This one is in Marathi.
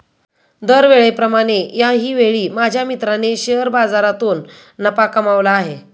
दरवेळेप्रमाणे याही वेळी माझ्या मित्राने शेअर बाजारातून नफा कमावला आहे